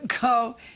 Go